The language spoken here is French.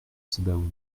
sebaoun